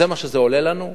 זה מה שזה עולה לנו.